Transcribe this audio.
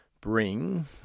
bring